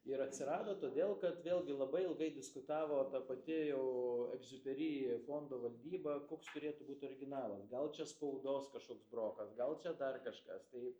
ir atsirado todėl kad vėlgi labai ilgai diskutavo ta pati jau egziuperi fondo valdyba koks turėtų būt originalas gal čia spaudos kažkoks brokas gal čia dar kažkas tai